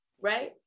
right